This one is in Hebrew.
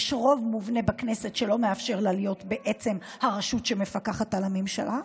יש רוב מובנה בכנסת שלא מאפשר לה להיות בעצם הרשות שמפקחת על הממשלה,